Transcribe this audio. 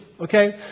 okay